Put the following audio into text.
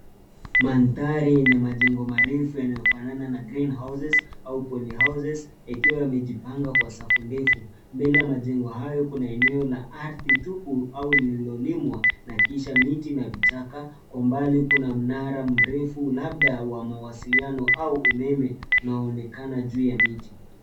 Mandhari yenye majengo marefu yanayofanana na green houses au poly houses ikiwa yamejipanga kwa safu ndefu .Mbele ya majengo hayo kuna eneo la ardhi tupu au lililolimwa na kisha miti na vichaka. Kwa mbali kuna mnara mrefu labda wa mawasiliano au umeme unaoonekana juu ya miti.